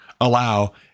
allow